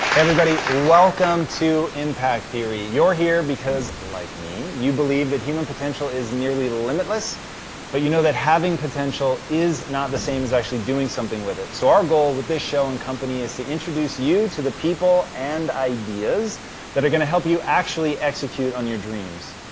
everybody welcome to impact theory. you are here because like me you believe that human potential is nearly limitless but you know that having potential is not the same as actually doing something with it. so our goal with this show and company is to introduce you to the people and ideas that are going to help you actually execute on your dreams.